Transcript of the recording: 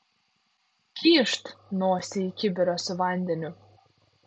kyšt nosį į kibirą su vandeniu